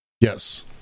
Yes